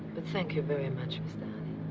but thank you very much, mr.